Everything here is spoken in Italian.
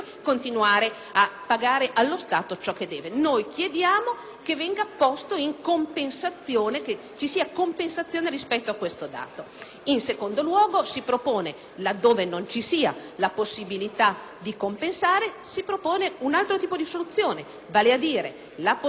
che deve. Noi chiediamo che ci sia compensazione rispetto a questo dato. In secondo luogo, laddove non ci sia la possibilità di compensare, si propone un altro tipo di soluzione, vale a dire la possibilità per la pubblica amministrazione di certificare